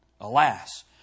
Alas